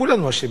כולנו אשמים.